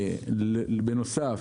בנוסף,